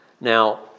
Now